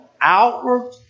outward